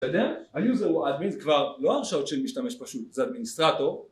אתה יודע, היוזר הוא אדמין, זה כבר לא הרשאות של משתמש פשוט, זה אדמיניסטרטור...